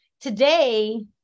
Today